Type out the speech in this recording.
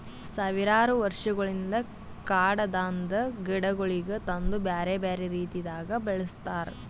ಸಾವಿರಾರು ವರ್ಷಗೊಳಿಂದ್ ಕಾಡದಾಂದ್ ಗಿಡಗೊಳಿಗ್ ತಂದು ಬ್ಯಾರೆ ಬ್ಯಾರೆ ರೀತಿದಾಗ್ ಬೆಳಸ್ತಾರ್